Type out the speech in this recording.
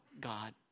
God